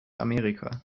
amerika